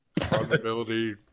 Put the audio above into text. Probability